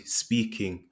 speaking